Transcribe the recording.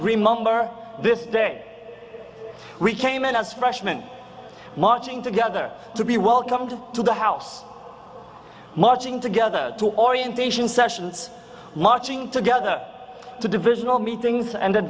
remember this day we came in as freshman marching together to be welcomed to the house marching together to orientation sessions marching together to divisional meetings and